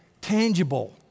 tangible